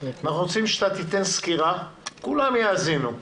אנחנו רוצים שתיתן סקירה וכולם יאזינו,